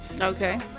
Okay